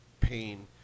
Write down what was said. pain